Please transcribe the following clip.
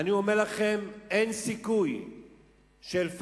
אני אומר לכם שאין סיכוי ל"פתח",